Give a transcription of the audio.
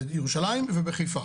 בירושלים ובחיפה.